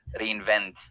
reinvent